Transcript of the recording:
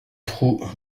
prou